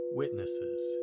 witnesses